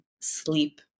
sleep